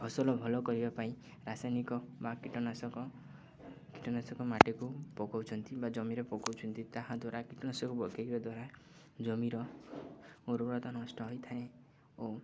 ଫସଲ ଭଲ କରିବା ପାଇଁ ରାସାୟନିକ ବା କୀଟନାଶକ କୀଟନାଶକ ମାଟିକୁ ପକଉଛନ୍ତି ବା ଜମିରେ ପକଉଚନ୍ତି ତାହା ଦ୍ୱାରା କୀଟନାଶକ ପକେଇବା ଦ୍ୱାରା ଜମିର ଉର୍ବରତା ନଷ୍ଟ ହୋଇଥାଏ ଓ